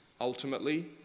ultimately